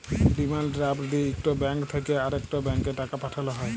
demand draft দিঁয়ে ইকট bank থ্যাইকে আরেকট ব্যাংকে টাকা পাঠাল হ্যয়